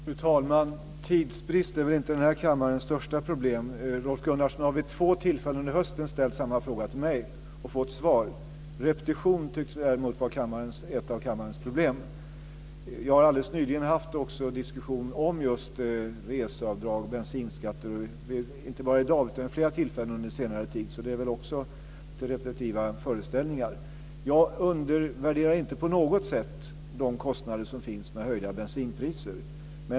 Fru talman! Tidsbristen är inte den här kammarens största problem. Rolf Gunnarsson har vid två tillfällen under hösten ställt samma fråga till mig och har fått svar. Repetition tycks däremot vara ett av kammarens problem. Jag har också nyligen haft en diskussion om reseavdrag och bensinskatter, inte bara i dag utan vid flera tillfällen under senare tid. Det är också repetitiva föreställningar. Jag underväderar inte på något sätt de kostnader som finns med höjda bensinpriser.